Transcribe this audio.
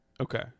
Okay